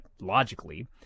logically